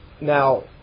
now